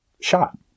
shot